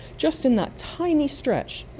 just in that tiny stretch.